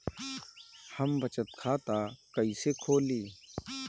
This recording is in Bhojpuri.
हम बचत खाता कईसे खोली?